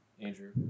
Andrew